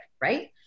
right